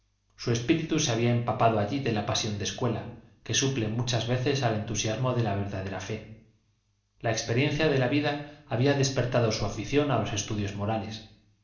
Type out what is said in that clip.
su espíritu se había empapado allí de la pasión de escuela que suple muchas veces al entusiasmo de la verdadera fe la experiencia de la vida había despertado su afición a los estudios morales